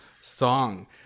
song